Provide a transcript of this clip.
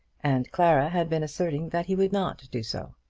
and clara had been asserting that he would not do so.